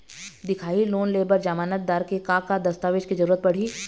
दिखाही लोन ले बर जमानतदार के का का दस्तावेज के जरूरत पड़ही?